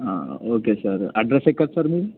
okay sir address ఎక్కడ sir మీది